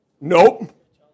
Nope